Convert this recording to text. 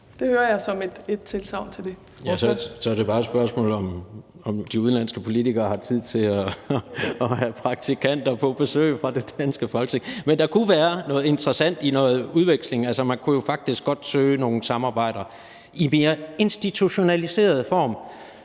Kl. 16:50 Jens Rohde (KD): Så er det jo bare et spørgsmål om, om de udenlandske politikere har tid til at have praktikanter på besøg fra det danske Folketing. Men der kunne være noget interessant i noget udveksling. Altså, man kunne jo faktisk godt søge nogle samarbejder i mere institutionaliseret form